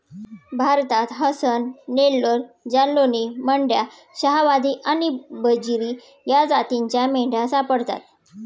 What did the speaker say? भारतात हसन, नेल्लोर, जालौनी, मंड्या, शाहवादी आणि बजीरी या जातींच्या मेंढ्या सापडतात